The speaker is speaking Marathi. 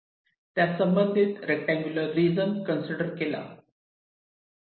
त्यासंबंधित रेक्टांगुलर रिजन कन्सिडर केला